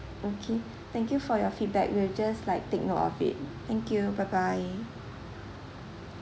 okay thank you for your feedback we'll just like take note of it thank you bye bye